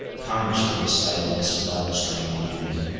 congress may decide amiss without destroying the union,